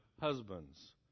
husbands